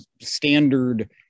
standard